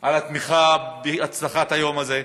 על התמיכה בהצלחת היום הזה.